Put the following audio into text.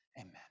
amen